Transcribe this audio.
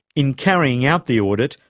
in carrying out the audit,